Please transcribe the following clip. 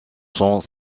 sont